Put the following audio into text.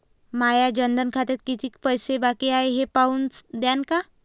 माया जनधन खात्यात कितीक पैसे बाकी हाय हे पाहून द्यान का?